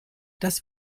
das